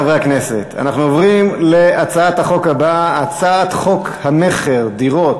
הצעת חוק המכר (דירות)